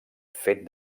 fet